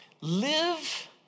live